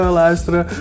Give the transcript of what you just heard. luisteren